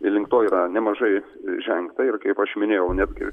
link to yra nemažai žengta ir kaip aš minėjau netgi